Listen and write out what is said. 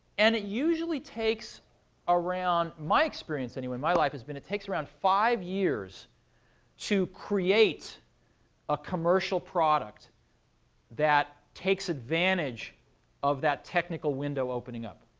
and it usually takes around my experience anyway, my life has been, it takes around five years to create a commercial product that takes advantage of that technical window opening up.